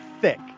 thick